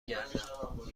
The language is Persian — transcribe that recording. گردم